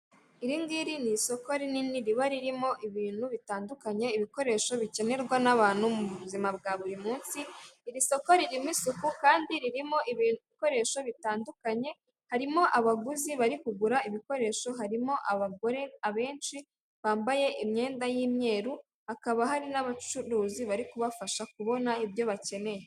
Iri ngiri ni isoko rinini riba ririmo ibintu bitandukanye, ibikoresho bikenerwa n'abantu mu buzima bwa buri munsi, iri soko ririmo isuku kandi ririmo ibikoresho bitandukanye harimo abaguzi bari kugura ibikoresho harimo abagore abenshi bambaye imyenda y'imyeru hakaba hari n'abacuruzi bari kubafasha kubona ibyo bakeneye.